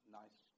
nice